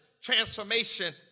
transformation